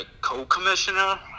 co-commissioner